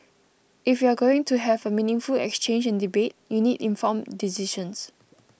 if you're going to have a meaningful exchange and debate you need informed decisions